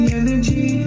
energy